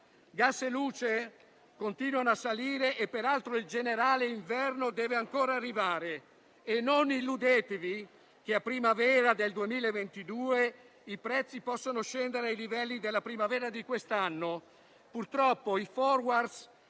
Gas e luce continuano a salire e peraltro il generale inverno deve ancora arrivare e non illudetevi che a primavera del 2022 i prezzi possano scendere ai livelli della primavera di quest'anno. Purtroppo i *forwards*